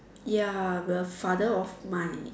ya the father of mine